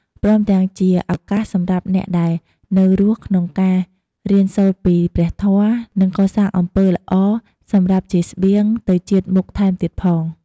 ព្រមទាំងជាឱកាសសម្រាប់អ្នកដែលនៅរស់ក្នុងការរៀនសូត្រពីព្រះធម៌ និងកសាងអំពើល្អសម្រាប់ជាស្បៀងទៅជាតិមុខថែមទៀតផង។